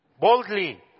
boldly